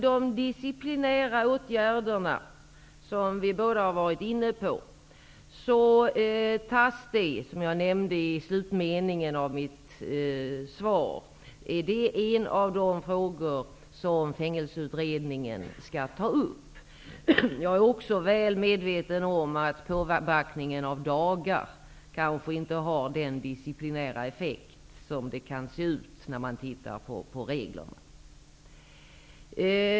De disciplinära åtgärderna, som vi båda har varit inne på, är -- som jag nämnde i slutmeningen i mitt svar -- en av de frågor som Fängelseutredningen skall ta upp. Också jag är väl medveten om att påbackningen av dagar kanske inte har den disciplinära effekt som det kan förefalla när man ser till reglerna.